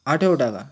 আঠেরো টাকা